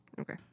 Okay